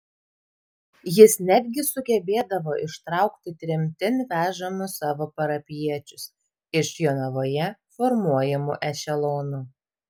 jis netgi sugebėdavo ištraukti tremtin vežamus savo parapijiečius iš jonavoje formuojamų ešelonų